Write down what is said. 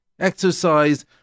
exercise